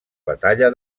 batalla